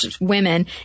women